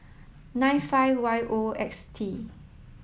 nine five Y O X T